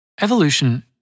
Evolution